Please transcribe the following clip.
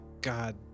god